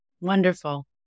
wonderful